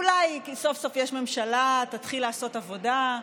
אולי כי סוף-סוף יש ממשלה והיא תתחיל לעשות עבודה.